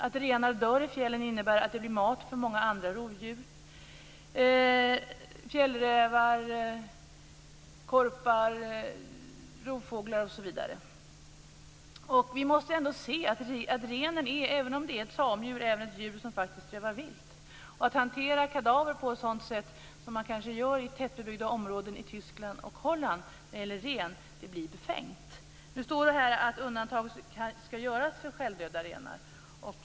Att renar dör i fjällen innebär att det blir mat för andra rovdjur - fjällrävar, korpar, rovfåglar osv. Vi måste ändå se att renen, även om det är ett tamdjur, faktiskt också kan leva vilt. Att hantera kadaver på det sätt som man gör i tätbebyggda områden i Tyskland och Holland blir befängt i fråga om renar. Det står att undantag skall göras för självdöda renar.